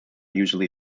usually